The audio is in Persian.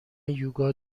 یوگا